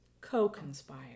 Co-conspire